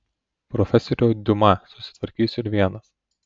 profesoriau diuma susitvarkysiu ir vienas